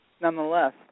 nonetheless